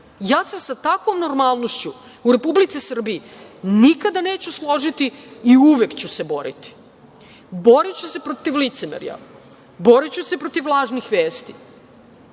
Ja se sa takvom normalnošću u Republici Srbiji nikada neću složiti i uvek ću se boriti. Boriću se protiv licemerja, boriću se protiv lažnih vesti